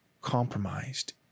compromised